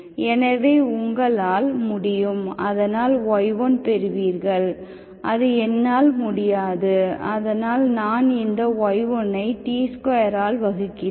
எனவே உங்களால் முடியும் அதனால் y1 பெறுவீர்கள் அது என்னால் முடியாது அதனால் நான் இந்த y1 ஐ t2ஆல் வகுக்கிறேன்